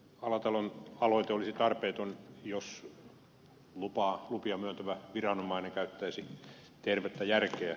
alatalon aloite olisi tarpeeton jos lupia myöntävä viranomainen käyttäisi tervettä järkeä